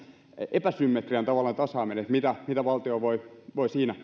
epäsymmetrian tasaaminen mitä valtio voi voi siinä